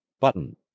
Button